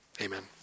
amen